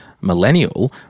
millennial